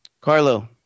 Carlo